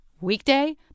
weekday